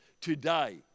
today